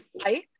Hi